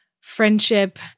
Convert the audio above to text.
friendship